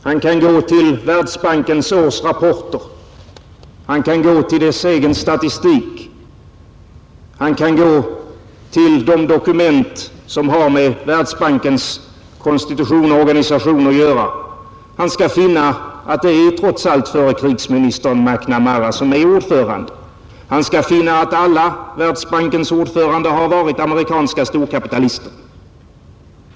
Han kan gå till Världsbankens årsrapporter, han kan gå till dess egen statistik, han kan gå till de dokument som har med Världsbankens konstitution och organisation att göra. Han skall finna att det trots allt är förre krigsministern McNamara som är ordförande. Han skall finna att alla Världsbankens ordförande har varit amerikanska storkapitalister.